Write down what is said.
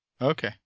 Okay